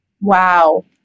wow